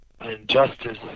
injustice